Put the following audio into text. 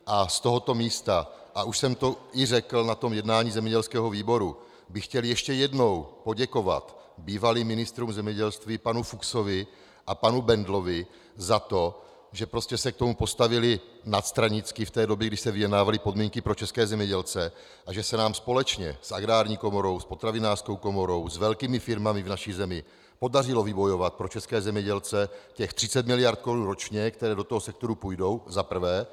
Z tohoto místa, a už jsem to i řekl na jednání zemědělského výboru, bych chtěl ještě jednou poděkovat bývalým ministrům zemědělství panu Fuchsovi a panu Bendlovi za to, že prostě se k tomu postavili nadstranicky v té době, když se vyjednávaly podmínky pro české zemědělce, a že se nám společně s Agrární komorou, s Potravinářskou komorou, s velkými firmami v naší zemi podařilo vybojovat pro české zemědělce těch 30 miliard korun ročně, které do toho sektoru půjdou za prvé.